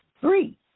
Three